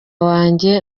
wanjye